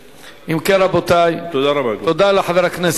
ינחיל את התרבות הזאת של חשיבות תשלום החובות.